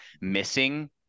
missing